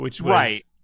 Right